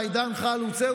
דן חלוץ,